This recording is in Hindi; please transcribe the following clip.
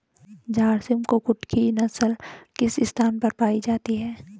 झारसिम कुक्कुट की नस्ल किस स्थान पर पाई जाती है?